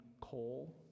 coal